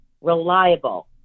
reliable